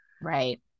Right